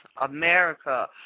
America